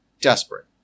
desperate